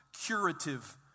curative